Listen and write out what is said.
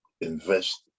invest